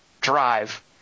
Drive